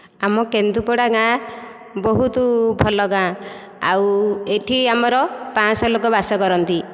ଆମ କେନ୍ଦୁପଡ଼ା ଗାଁ ବହୁତ ଭଲ ଗାଁ ଆଉ ଏଠି ଆମର ପାଞ୍ଚ ଶହ ଲୋକ ବାସ କରନ୍ତି